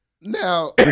Now